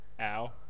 ow